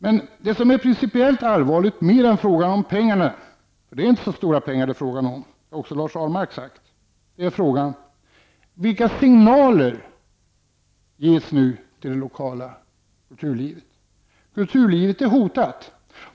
Mera principiellt allvarlig än frågan om pengarna -- det är egentligen inte fråga om så mycket pengar, det har också Lars Ahlmark sagt -- är frågan om vilka signaler som ges till det lokala kulturlivet. Kulturlivet är hotat.